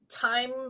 time